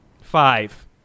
Five